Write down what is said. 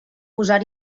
posar